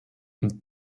und